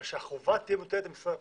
אבל שהחובה תהיה מוטלת על משרד הפנים,